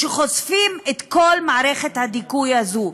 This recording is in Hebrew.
שחושפים את כל מערכת הדיכוי הזו,